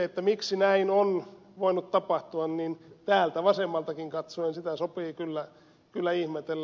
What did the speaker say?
sitä miksi näin on voinut tapahtua täältä vasemmaltakin katsoen sopii kyllä ihmetellä